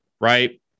right